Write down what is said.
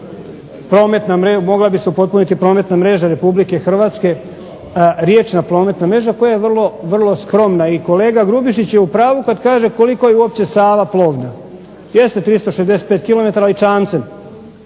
Dakle, mogla bi se upotpuniti prometna mreža Republike Hrvatske, riječna prometna mreža koja je vrlo skromna. I kolega Grubišić je u pravu kad kaže koliko je uopće Sava plovna. 200, 364 km ovim čamcem.